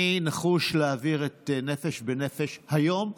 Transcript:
אני נחוש להעביר את נפש אחת היום,